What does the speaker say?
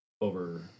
over